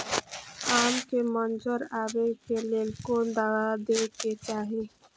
आम के मंजर आबे के लेल कोन दवा दे के चाही?